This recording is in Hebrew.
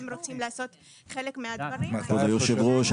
רוצים לעשות חלק מהדברים --- כבוד היושב ראש,